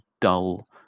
dull